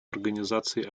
организации